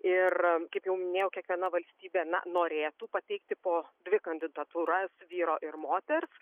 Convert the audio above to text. ir kaip jau minėjau kiekviena valstybė na norėtų pateikti po dvi kandidatūras vyro ir moters